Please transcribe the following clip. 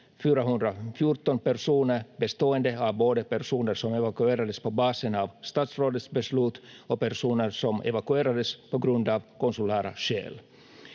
414 personer, bestående av både personer som evakuerades på basen av statsrådets beslut och personer som evakuerades på grund av konsulära skäl.